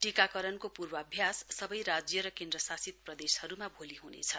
टीकाकरणको पूर्वाभ्यास सबै राज्य र केन्द्रशासित प्रदेशहरूमा भोलि हुनेछ